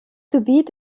gebiet